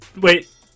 wait